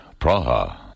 Praha